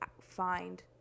find